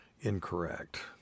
incorrect